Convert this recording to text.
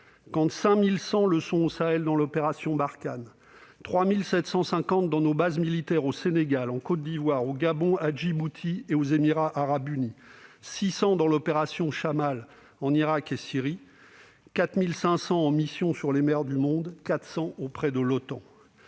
quand 5 100 le sont au Sahel dans l'opération Barkhane. Il y en a également 3 750 dans nos bases militaires au Sénégal, en Côte d'Ivoire, au Gabon, à Djibouti et aux Émirats arabes unis, 600 dans l'opération Chammal en Irak et Syrie, 4 500 en mission maritime sur les mers du monde et 400 auprès de l'OTAN.